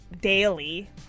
daily